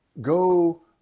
go